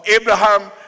Abraham